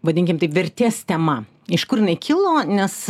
vadinkim taip vertės tema iš kur jinai kilo nes